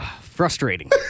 Frustrating